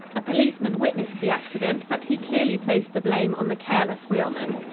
a policeman witnessed the accident, but he clearly placed the blame on the careless wheelman.